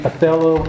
Othello